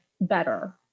better